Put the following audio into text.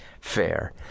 fair